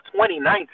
2019